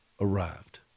arrived